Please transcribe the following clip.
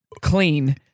clean